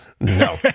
No